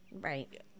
Right